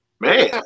Man